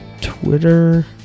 Twitter